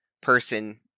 person